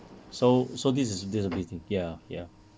so so this is this is be thinking ah